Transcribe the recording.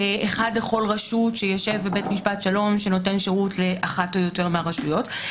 אחד לכל רשות שישב בבית משפט שלום שנותן שירות לאחת או יותר מהרשויות,